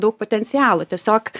daug potencialo tiesiog